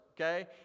Okay